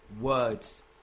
words